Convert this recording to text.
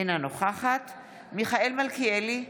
אינה נוכחת מיכאל מלכיאלי,